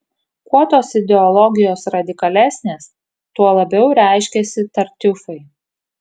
kuo tos ideologijos radikalesnės tuo labiau reiškiasi tartiufai